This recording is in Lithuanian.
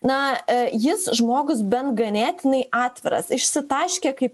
na jis žmogus bent ganėtinai atviras išsitaškė kaip